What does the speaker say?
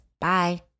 Bye